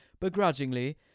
begrudgingly